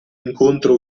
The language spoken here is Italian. incontro